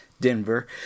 Denver